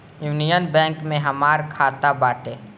union Bank में हमार खाता बाटे